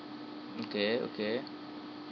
mm okay okay